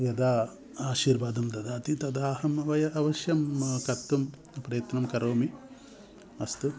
यदा आशीर्वादं ददाति तदा अहं वय अवश्यं कर्तुं प्रयत्नं करोमि अस्तु धन्यवाद